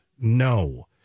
No